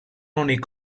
únic